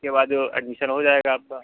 उसके बाद वो एडमिसन हो जाएगा आपका